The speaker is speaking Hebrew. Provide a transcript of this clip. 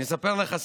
אני אספר לך סיפור.